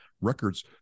records